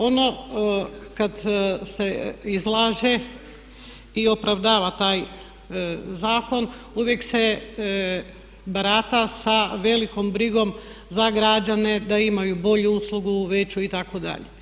Ono kad se izlaže i opravdava taj zakon uvijek se barata sa velikom brigom za građane, da imaju bolju uslugu, veću itd.